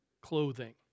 clothing